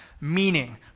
meaning